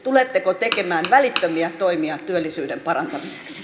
tuletteko tekemään välittömiä toimia työllisyyden parantamiseksi